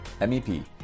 MEP